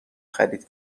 خرید